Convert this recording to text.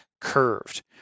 curved